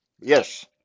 Yes